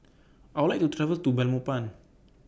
I Would like to travel to Belmopan